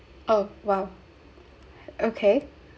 oh !wow! okay